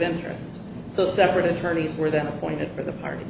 interest so separate attorneys were then appointed for the party